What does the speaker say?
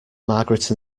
margaret